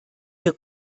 wir